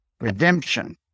redemption